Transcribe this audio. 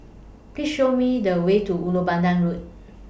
Please Show Me The Way to Ulu Pandan Road